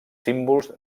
símbols